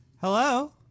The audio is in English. Hello